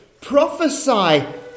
Prophesy